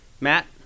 matt